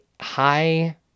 high